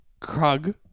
Krug